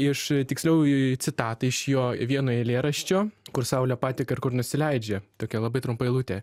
iš tiksliau citatą iš jo vieno eilėraščio kur saulė pateka ir kur nusileidžia tokia labai trumpa eilutė